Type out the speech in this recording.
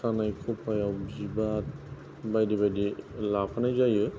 खानाय खफायाव बिबार बायदि बायदि लाफानाय जायो